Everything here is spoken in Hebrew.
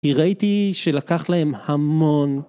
‫הראיתי שלקח להם המון.